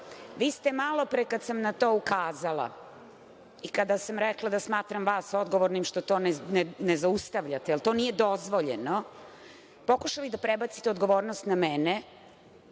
Vi ste malopre, kada sam na to ukazala i kada sam rekla da smatram vas odgovornim što to ne zaustavljate, jer to nije dozvoljeno, pokušali da prebacite odgovornost na mene